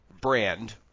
brand